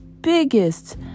biggest